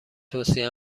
توصیه